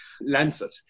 Lancet